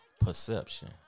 perception